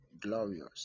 Glorious